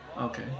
Okay